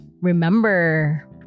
remember